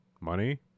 Money